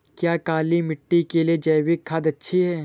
क्या काली मिट्टी के लिए जैविक खाद अच्छी है?